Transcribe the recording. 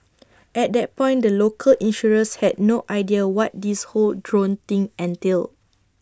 at that point the local insurers had no idea what this whole drone thing entailed